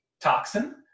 Toxin